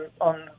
on